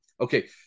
Okay